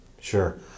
Sure